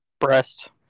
Breast